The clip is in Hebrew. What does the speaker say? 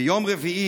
ביום רביעי,